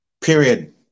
Period